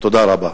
תודה רבה.